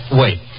wait